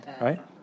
right